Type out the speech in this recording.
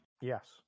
Yes